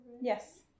Yes